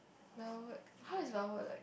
downward how is downward like